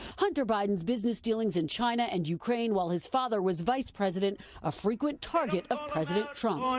hunter biden's business dealings in china and ukraine while his father was vice president a frequent target of president trump. um